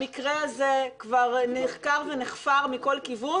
המקרה הזה כבר נחקר ונחפר מכל כיוון,